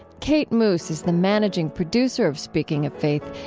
kate moos is the managing producer of speaking of faith,